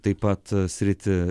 taip pat sritį